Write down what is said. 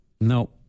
No